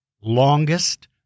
longest